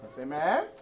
Amen